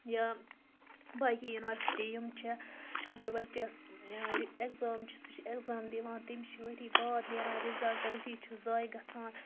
یا باقٕے یونِوَرسٹی یِم چھےٚ اگر بَچَس رِ ایٚگزام چھِ سُہ چھِ ایٚگزام دِوان تٔمِس چھِ ؤری بعد نٮ۪ران رِزَلٹہٕ ؤری چھُس زایہِ گژھان